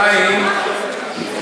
חיים,